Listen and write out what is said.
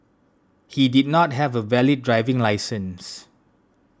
he did not have a valid driving licence